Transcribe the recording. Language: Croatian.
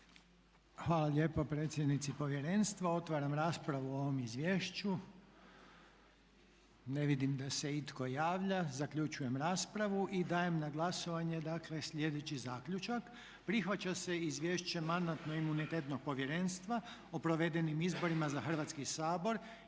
Hvala lijepa predsjednici povjerenstva. Otvaram raspravu o ovom izvješću. Ne vidim da se itko javlja. Zaključujem raspravu. Dajem na glasovanje dakle sljedeći zaključak: "Prihvaća se Izvješće Mandatno-imunitetnog povjerenstva o provedenim izborima za Hrvatski sabor